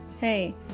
hey